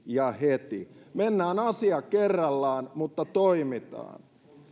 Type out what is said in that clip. ja heti mennään asia kerrallaan mutta toimitaan